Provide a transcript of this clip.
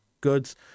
goods